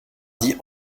dit